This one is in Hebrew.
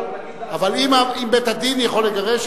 אבל אם בית-הדין יכול לגרש,